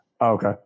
Okay